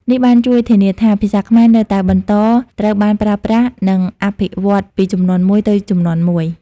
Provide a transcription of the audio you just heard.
នេះបានជួយធានាថា ភាសាខ្មែរនៅតែបន្តត្រូវបានប្រើប្រាស់ និងអភិវឌ្ឍពីជំនាន់មួយទៅជំនាន់មួយ។